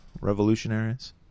revolutionaries